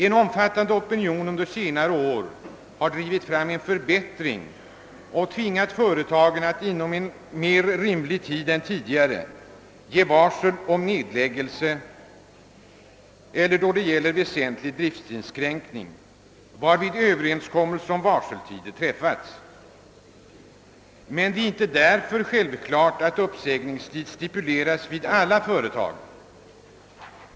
En omfattande opinion har under senare år drivit fram en förbättring och tvingat företagen att inom en mer rimlig tid än tidigare ge varsel om nedläggning eller väsentlig driftinskränkning, varvid överenskommelse om varseltider träffats. Men det är inte därför självklart att uppsägningstid stipuleras vid alla företag.